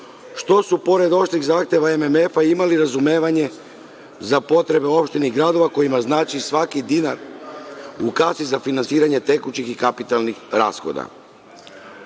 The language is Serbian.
što su pored oštrih zahteva MMF-a imali razumevanje za potrebe opština i gradova kojima znači svaki dinar u kasi za finansiranje tekućih i kapitalnih rashoda.U